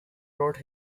wrote